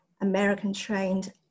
American-trained